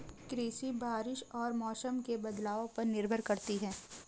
कृषि बारिश और मौसम के बदलाव पर निर्भर करती है